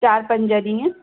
चार पंज ॾींहं